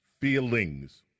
feelings